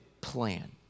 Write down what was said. plan